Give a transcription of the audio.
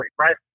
right